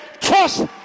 trust